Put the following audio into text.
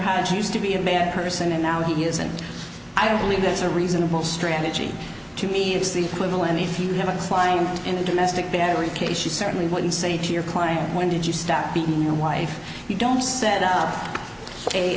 hatch used to be a bad person and now he isn't i don't believe that's a reasonable strategy to me it's the equivalent if you have a client in a domestic battery case she certainly wouldn't say to your client when did you stop beating your wife you don't set up a